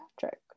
Patrick